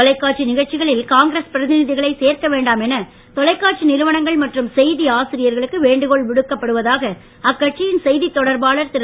தொலைக்காட்சி நிகழ்ச்சிகளில் காங்கிரஸ் பிரதிநிதிகளை சேர்க்க வேண்டாம் என தொலைக்காட்சி நிறுவனங்கள் மற்றும் செய்தி ஆசிரியர்களுக்கு வேண்டுகோள் விடுக்கப்படுவதாக அக்கட்சியின் செய்தித் தொடர்பாளர் திரு